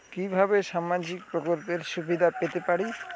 কিভাবে সামাজিক প্রকল্পের সুবিধা পেতে পারি?